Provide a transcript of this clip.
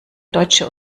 deutsche